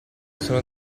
sono